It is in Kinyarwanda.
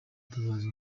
gatabazi